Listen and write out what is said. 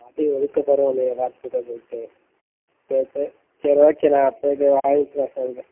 சரி இப்போ பரவாயில்லையா டாக்டர்கிட்ட போயிவிட்டு சொல்லிட்டு சரி ஓகே சரி ஓகேடா போயிவிட்டு வாங்கிட்டு நான் சொல்கிறேன்